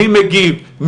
מי מגיב,